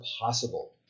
possible